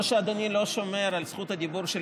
או שאדוני לא שומר על זכות הדיבור שלי